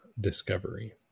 discovery